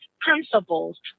principles